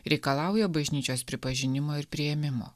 reikalauja bažnyčios pripažinimo ir priėmimo